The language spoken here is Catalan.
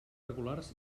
regulars